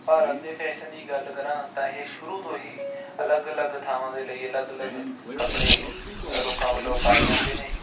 ਭਾਰਤ ਦੇ ਫੈਸ਼ਨ ਦੀ ਗੱਲ ਕਰਾਂ ਤਾਂ ਇਹ ਸ਼ੁਰੂ ਤੋਂ ਹੀ ਅਲੱਗ ਅਲੱਗ ਥਾਂਵਾਂ ਦੇ ਲਈ ਅਲੱਗ ਅਲੱਗ ਕੱਪੜੇ ਲੋਕਾਂ ਵੱਲੋਂ ਪਾਏ ਜਾਂਦੇ ਨੇ